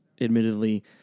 admittedly